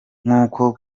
nk’uko